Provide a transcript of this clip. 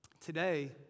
Today